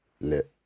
let